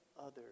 others